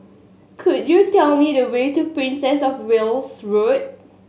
could you tell me the way to Princess Of Wales Road